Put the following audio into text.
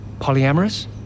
polyamorous